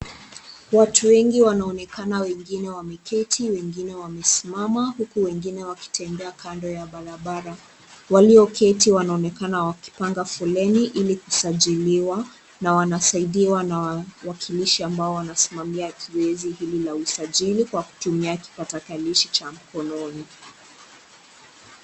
Watu wengi wanaonekana wengine wameketi wengine wamesimama, huku wengine wakitembea kando ya barabara. Walioketi wanaonekana wakipanga foleni, ili kusajiliwa na wanasaidiwa na watumishi ambao wanasimamia zoezi hili la usajili, kwa kutumia kipakatalishi cha mkononi.